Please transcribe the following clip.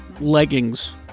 leggings